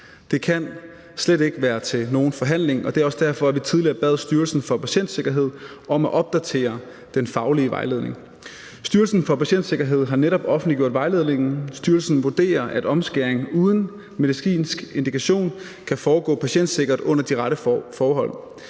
Det kan slet ikke være til nogen forhandling, og det er også derfor, at vi tidligere bad Styrelsen for Patientsikkerhed om at opdatere den faglige vejledning. Styrelsen for Patientsikkerhed har netop offentliggjort vejledningen, og styrelsen vurderer, at omskæring uden medicinsk indikation kan foregå patientsikkert under de rette forhold.